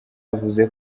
yavuze